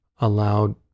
allowed